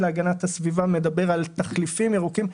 להגנת הסביבה מדבר על תחליפים ירוקים.